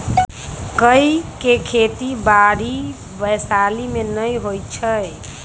काइ के खेति बाड़ी वैशाली में नऽ होइ छइ